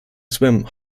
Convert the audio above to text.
swim